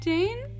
Jane